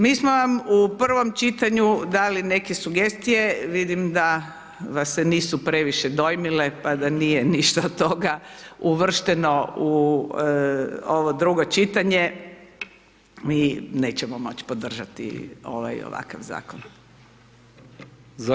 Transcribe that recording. Mi smo vam u prvom čitanju dali neke sugestije, vidim da vas se nisu previše dojmile, pa da nije ništa od toga uvršteno u ovo drugo čitanje, mi nećemo moć podržati ovaj i ovakav zakon.